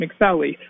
McSally